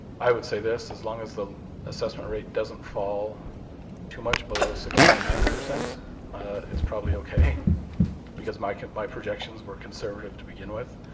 i would say this. as long as the assessment rate doesn't fall too much below six point nine it's probably ok because my my projections were conservative to begin with,